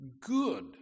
good